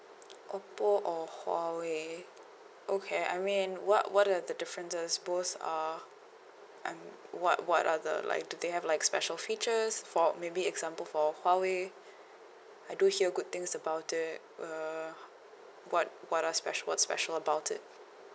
oppo or huawei okay I mean what what are the differences both uh um what what are the like do they have like special features for maybe example for huawei I do hear good things about it uh what what are special what's special about it